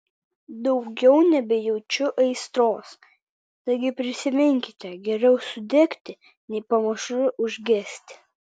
daugiau nebejaučiu aistros taigi prisiminkite geriau sudegti nei pamažu užgesti